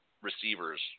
receivers